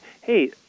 hey